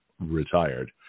retired